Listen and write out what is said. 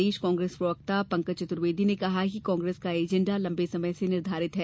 प्रदेश कांग्रेस प्रवक्ता पंकज चत्र्वेदी ने कहा कि पार्टी का एजेंडा लंबे समय से निर्धारित है